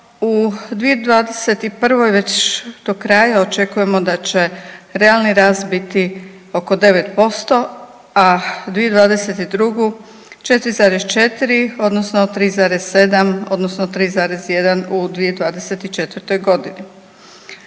u 2021. već do kraja očekujemo da će realni rast biti oko 9,% a, 2022. 4,4 odnosno 3,7 odnosno 3,1 u 2024.g.